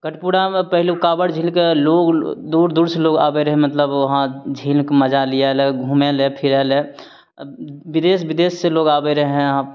गढ़पुरामे पहिले काँवर झीलके लोग दूर दूर सँ लोग आबय रहय मतलब वहाँ झीलके मजा लिए लए घूमय लए फिरय लए विदेश विदेश सँ लोग आबय रहय यहाँ